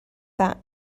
that